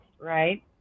right